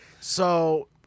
So-